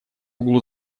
углу